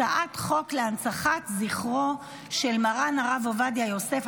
הצעת חוק להנצחת זכרו של מרן הרב עובדיה יוסף,